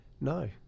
No